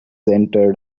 entered